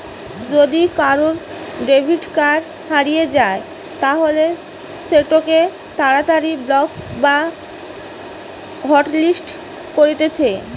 যদি কারুর debit card হারিয়ে যায় তালে সেটোকে তাড়াতাড়ি ব্লক বা হটলিস্ট করতিছে